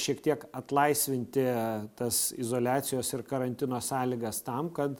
šiek tiek atlaisvinti tas izoliacijos ir karantino sąlygas tam kad